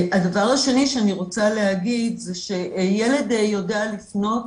הדבר השני שאני רוצה להגיד זה שילד יודע לפנות,